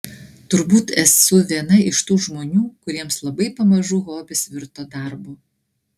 turbūt esu viena iš tų žmonių kuriems labai pamažu hobis virto darbu